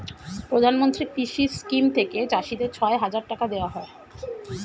প্রধানমন্ত্রী কৃষি স্কিম থেকে চাষীদের ছয় হাজার টাকা দেওয়া হয়